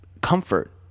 comfort